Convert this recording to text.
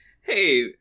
hey